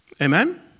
Amen